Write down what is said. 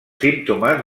símptomes